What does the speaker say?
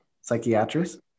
psychiatrist